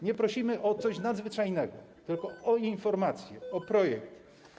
Nie prosimy o coś nadzwyczajnego, tylko o informację, o projekt.